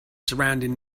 surrounding